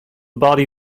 body